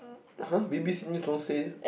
!huh! B_B_C news don't say